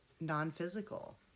non-physical